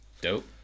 dope